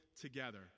together